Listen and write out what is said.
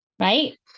right